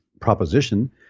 proposition